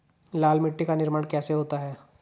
लाल मिट्टी का निर्माण कैसे होता है?